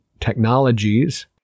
technologies